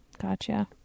Gotcha